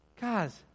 Guys